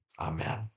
amen